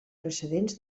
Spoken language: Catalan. precedents